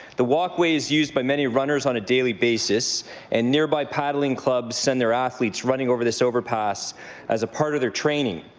the walkway is used by many runners on a daily basis and nearby paddling clubs send their athletes running over this overpass as a part of their training.